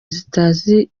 zitazi